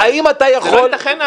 האם אתה יכול --- זה לא ייתכן.